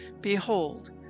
Behold